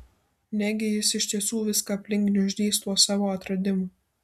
negi jis iš tiesų viską aplink gniuždys tuo savo atradimu